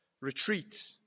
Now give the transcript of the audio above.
retreat